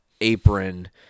apron